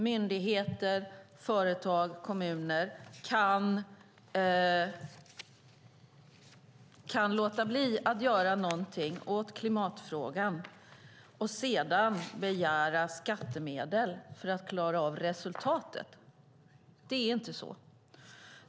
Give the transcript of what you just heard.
Myndigheter, företag och kommuner kan inte låta bli att göra någonting åt klimatfrågan och sedan begära skattemedel för att klara av resultatet.